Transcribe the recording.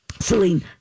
Celine